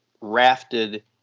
rafted